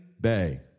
Bay